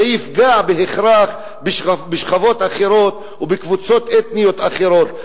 זה יפגע בהכרח בשכבות אחרות ובקבוצות אתניות אחרות.